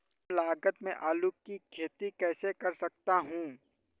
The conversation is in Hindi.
कम लागत में आलू की खेती कैसे कर सकता हूँ?